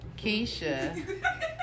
Keisha